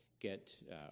Get